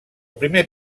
primer